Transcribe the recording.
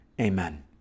Amen